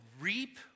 reap